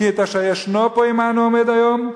כי את אשר ישנו פה עמנו עֹמד היום,